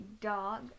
dog